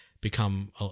become